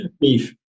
beef